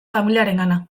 familiarengana